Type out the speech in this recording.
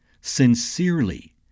sincerely